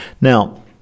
Now